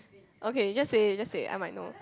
okay just say it just say it I might know